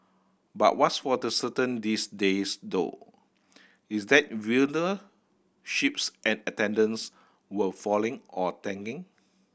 but what's for the certain these days though is that ships and attendance were falling or tanking